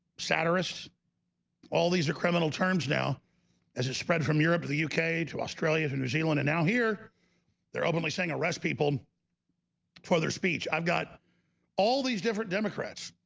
satirist all these are criminal terms now as it spread from europe of the uk to australia to new zealand and now here they're openly saying arrest people for their speech i've got all these different democrats